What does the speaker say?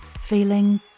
feeling